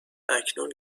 اکنون